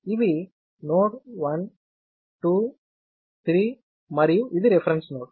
ఇవి నోడ్ 1 2 3 మరియు ఇది రిఫరెన్స్ నోడ్